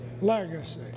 legacy